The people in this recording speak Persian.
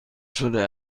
شده